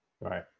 right